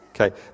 okay